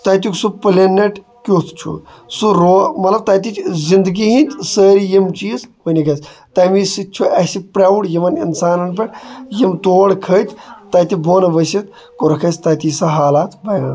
تَتیُک سُہ پِلینیٹ کیُتھ چھُ سُہ روڈ مطلب تَتِچ زنٛدگی ہِنٛدۍ سٲری یِم چیٖز ؤنِکھ اسہِ تَمہِ سۭتۍ چھُ اَسہِ پراوُڈ یِوان انسانن پٮ۪ٹھ یِم تور کھٔتۍ تَتہِ بۄن ؤسِتھ کورُکھ اَسہِ تِتِچ سۄ حالات بَیان